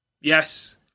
Yes